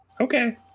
Okay